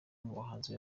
umuhanzi